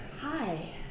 Hi